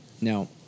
Now